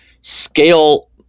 scale